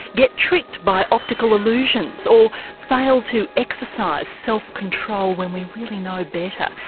get tricked by optical illusions or fail to exercise self-control when we really know better?